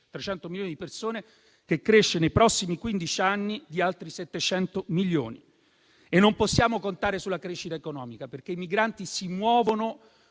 1,3 miliardi di persone, che crescerà nei prossimi quindici anni di altri 700 milioni e non possiamo contare sulla crescita economica, perché i migranti si muovono